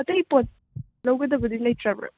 ꯑꯇꯩ ꯄꯣꯠ ꯂꯧꯒꯗꯕꯗꯤ ꯂꯩꯇ꯭ꯔꯕ